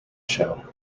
show